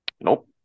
Nope